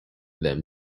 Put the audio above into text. them